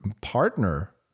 partner